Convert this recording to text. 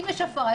אם יש הפרה,